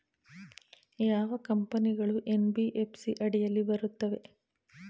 ಯಾವ ಕಂಪನಿಗಳು ಎನ್.ಬಿ.ಎಫ್.ಸಿ ಅಡಿಯಲ್ಲಿ ಬರುತ್ತವೆ?